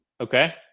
Okay